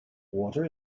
water